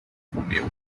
comeu